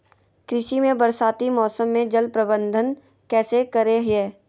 कृषि में बरसाती मौसम में जल प्रबंधन कैसे करे हैय?